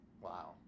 Wow